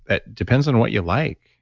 it depends on what you like,